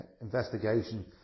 investigation